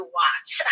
watch